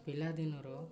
ପିଲାଦିନର